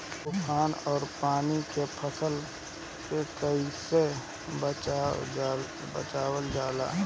तुफान और पानी से फसल के कईसे बचावल जाला?